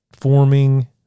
forming